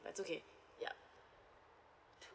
that's okay yeah